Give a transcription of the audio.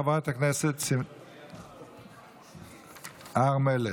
חברת הכנסת הר מלך,